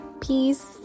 peace